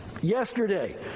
Yesterday